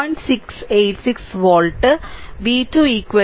686 volt v2 2